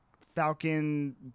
Falcon